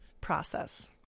process